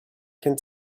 can